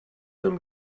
them